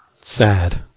Sad